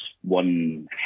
one